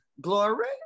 Glory